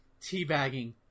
teabagging